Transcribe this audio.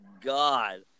God